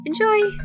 Enjoy